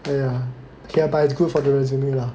!aiya! okay ah but it's good for the resume lah